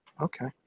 okay